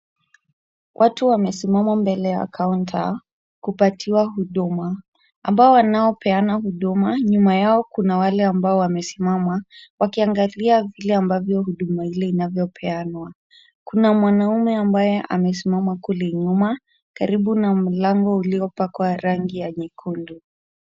Watu wamesimama mbele ya kaunta kupatiwa huduma. Ambao wanaopeana huduma, nyuma yao kuna wale ambao wamesimama, wakiangalia vile ambavyo huduma ile inavyopeanwa. Kuna mwanamume ambaye amesimama kule nyuma, karibu na mlango uliopakwa rangi ya nyekundu.